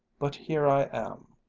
but here i am.